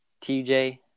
TJ